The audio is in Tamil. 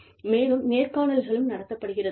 மேலும் நேர்காணல்களும் நடத்தப்படுகிறது